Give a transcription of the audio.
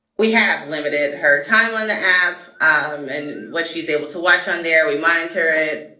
we have limited her time on the av um and what she's able to watch on the air. we monitor it.